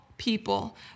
People